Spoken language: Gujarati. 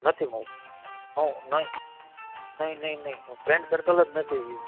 નથી હુ નઈ નઈ નઈ નઈ હું ફ્રેન્ડ સર્કલ નથી